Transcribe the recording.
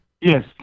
Yes